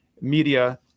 media